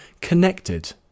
connected